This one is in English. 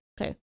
Okay